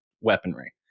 weaponry